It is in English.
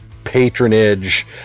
patronage